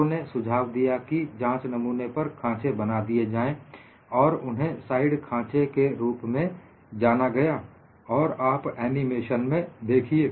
लोगों ने सुझाव दिया की जांच नमूने पर खाँचे बना दिए जाएं और इन्हें साइड खाँचे के रूप में जाना गया और आप एनिमेशन में देखिए